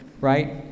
right